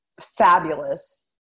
fabulous